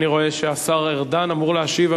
אני רואה שהשר ארדן אמור להשיב,